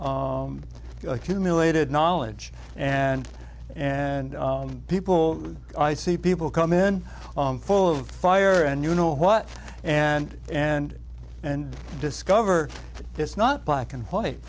accumulated knowledge and and people i see people come in on full of fire and you know what and and and discover it's not black and white